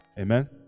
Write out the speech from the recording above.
amen